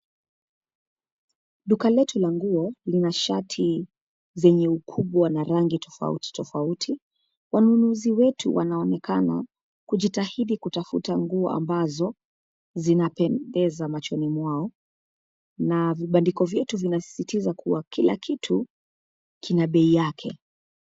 Duka letu la nguo lina shati zenye ukubwa na rangi tofauti tofauti. Wanunuzi wetu wanaonekana kujitahidi kutafuta nguo ambazo zinapendeza machoni mwao na vibandiko vyote vinasisitiza kuwa kila kitu kina bei yake.